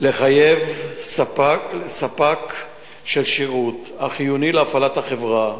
לחייב ספק של שירות החיוני להפעלת החברה,